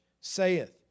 saith